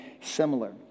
similar